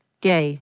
gay